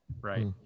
Right